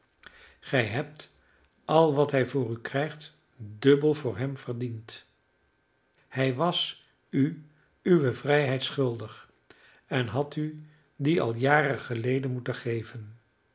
gij hebt al wat hij voor u krijgt dubbel voor hem verdiend hij was u uwe vrijheid schuldig en had u die al jaren geleden moeten geven